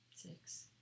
six